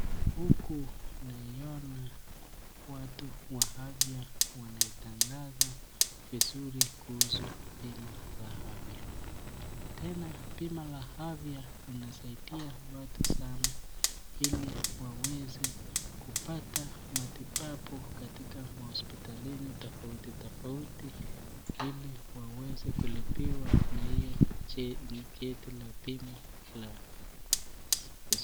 Huku naona watu wa afya wanatangaza vizuri kuhusu bima ya afya, tena bima la afya linasaidia watu sana, ili waweze kupata matibabu katika mahospitalini tofautitofauti , ili waweze kulipiwa na hilo cheti la bima ya hospotali.